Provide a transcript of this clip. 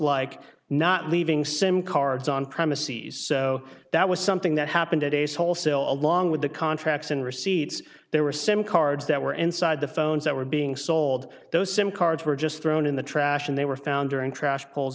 like not leaving sim cards on premises so that was something that happened at days wholesale along with the contracts and receipts there were sim cards that were inside the phones that were being sold those sim cards were just thrown in the trash and they were found or and trash po